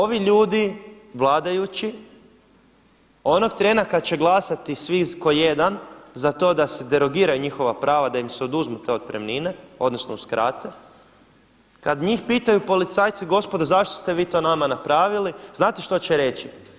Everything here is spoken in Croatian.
I vidite, ovi ljudi vladajući onog trena kad će glasati kao jedan za to da se derogira njihova prava, da im se oduzmu te otpremnine odnosno uskrate, kad njih pitaju policajci: Gospodo, zašto ste vi to nama napravili?, znate što će reći.